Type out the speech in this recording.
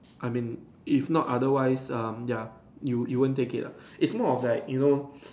I mean if not otherwise um ya you you won't take it lah it's more of like you know